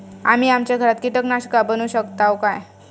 आम्ही आमच्या घरात कीटकनाशका बनवू शकताव काय?